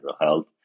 health